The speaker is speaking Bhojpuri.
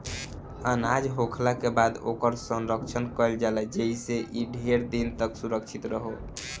अनाज होखला के बाद ओकर संरक्षण कईल जाला जेइसे इ ढेर दिन तक सुरक्षित रहो